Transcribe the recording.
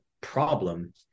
problem